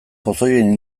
pozoien